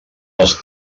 els